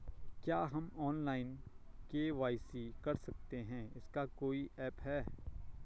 क्या हम online KYC कर सकते हैं इसका कोई ऐप है?